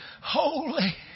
holy